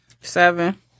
Seven